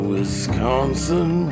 Wisconsin